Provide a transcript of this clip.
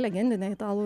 legendinė italų